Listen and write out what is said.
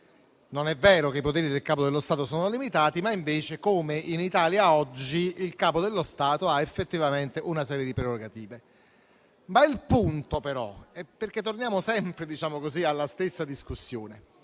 non è vero che i poteri del capo dello Stato sono limitati, ma che invece, come in Italia oggi, il Capo dello Stato ha effettivamente una serie di prerogative. Torniamo sempre però alla stessa discussione